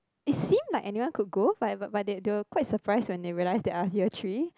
it seem like anyone could go but but they were quite surprised when they realised that I was year three